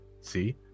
See